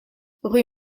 rue